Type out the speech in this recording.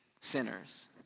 sinners